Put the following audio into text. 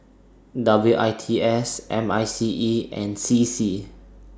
W I T S M I C E and C C